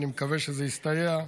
ואני מקווה שזה יסתייע.